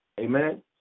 Amen